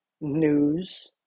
News